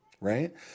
right